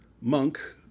monk